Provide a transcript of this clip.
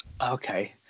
Okay